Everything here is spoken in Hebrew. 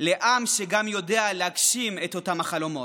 לעם שגם יודע להגשים את אותם חלומות.